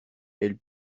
elle